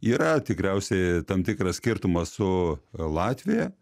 yra tikriausiai tam tikras skirtumas su latvija